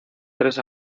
tres